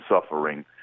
suffering